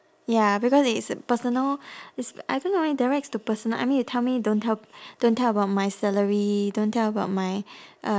ya because it is a personal it's I don't know it directs to personal I mean you tell me don't tell don't tell about my salary don't tell about my uh